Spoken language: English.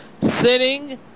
sitting